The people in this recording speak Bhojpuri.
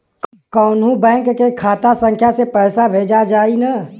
कौन्हू बैंक के खाता संख्या से पैसा भेजा जाई न?